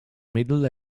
middle